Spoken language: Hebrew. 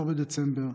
12 בדצמבר,